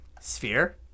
Sphere